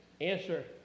answer